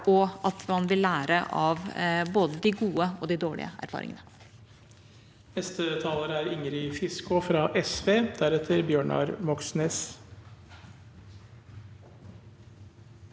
og at man vil lære av både de gode og de dårlige erfaringene.